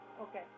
Okay